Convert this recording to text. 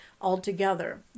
Altogether